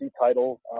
title